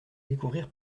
découvrir